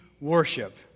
worship